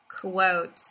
quote